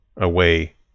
away